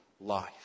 life